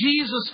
Jesus